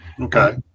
okay